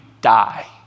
die